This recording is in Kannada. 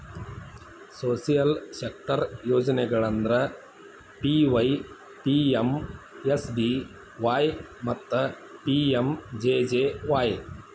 ಸೋಶಿಯಲ್ ಸೆಕ್ಟರ್ ಯೋಜನೆಗಳಂದ್ರ ಪಿ.ವೈ.ಪಿ.ಎಮ್.ಎಸ್.ಬಿ.ವಾಯ್ ಮತ್ತ ಪಿ.ಎಂ.ಜೆ.ಜೆ.ವಾಯ್